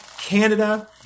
Canada